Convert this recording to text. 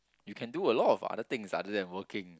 you can do a lot of other things other than working